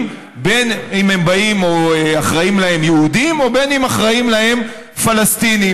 בין אם אחראים להם יהודים ובין אם אחראים להם פלסטינים.